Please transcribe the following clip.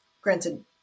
Granted